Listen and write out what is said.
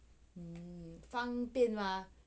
嗯方便吗